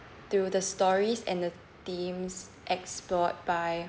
through the stories and the themes explored by